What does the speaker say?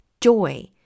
joy